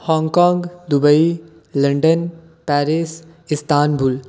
Hong Kong Dubai London Paris Istanbul